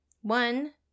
One